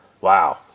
wow